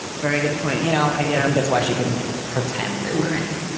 very good point. you know, and yeah um that's why she can pretend there were any.